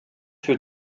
für